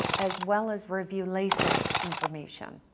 as well as review lasik information.